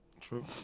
True